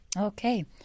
Okay